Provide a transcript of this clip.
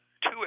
two